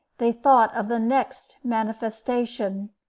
they thought of the next manifestation.